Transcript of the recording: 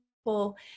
people